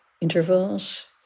intervals